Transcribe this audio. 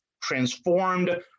transformed